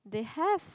they have